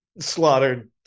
slaughtered